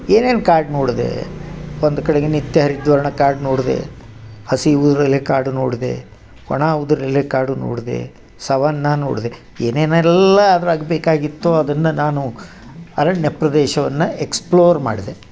ಏನೇನು ಕಾಡು ನೋಡ್ದೇ ಒಂದು ಕಡೆಗೆ ನಿತ್ಯ ಹರಿದ್ವರ್ಣ ಕಾಡು ನೋಡ್ದೆ ಹಸಿ ಉದುರೆಲೆ ಕಾಡು ನೋಡ್ದೆ ಒಣ ಉದುರೆಲೆ ಕಾಡು ನೋಡ್ದೆ ಸವನ್ನ ನೋಡ್ದೆ ಏನೇನು ಎಲ್ಲ ಅದರೊಳಗೆ ಬೇಕಾಗಿತ್ತೋ ಅದನ್ನ ನಾನು ಅರಣ್ಯ ಪ್ರದೇಶವನ್ನ ಎಕ್ಸ್ಪ್ಲೋರ್ ಮಾಡ್ದೆ